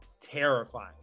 terrifying